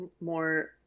more